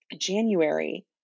January